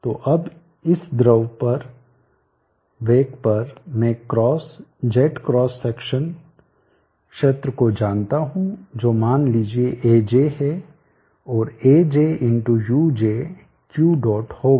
तो अब इस द्रव वेग पर मैं क्रॉस जेट क्रॉस सेक्शन क्षेत्र को जानता हूं जो मान लीजिये aj है और aj x uj Q dot होगा